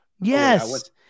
Yes